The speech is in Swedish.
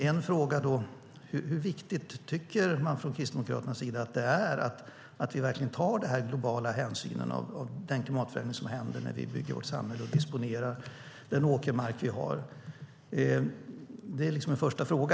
En fråga är då: Hur viktigt tycker man från Kristdemokraternas sida det är att vi tar globala hänsyn och tänker på vad som händer när vi bygger vårt samhälle och disponerar den åkermark som vi har? Det är en första fråga.